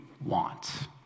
want